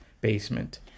basement